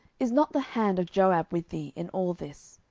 is not the hand of joab with thee in all this?